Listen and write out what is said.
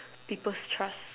people's trust